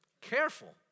Careful